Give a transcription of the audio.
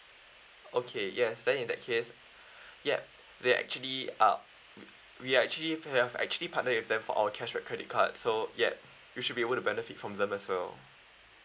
okay yes then in that case ya they actually uh we actually do have we actually partner with them for our cashback credit card so ya you should be able to benefit from them as well